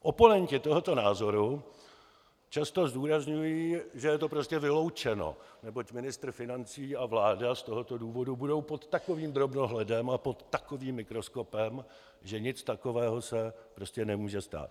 Oponenti tohoto názoru často zdůrazňují, že je to prostě vyloučeno, neboť ministr financí a vláda z tohoto důvodu budou pod takovým drobnohledem a pod takovým mikroskopem, že nic takového se prostě nemůže stát.